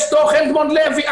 יש דוח אדמונד לוי,